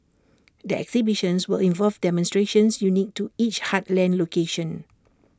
the exhibitions will involve demonstrations unique to each heartland location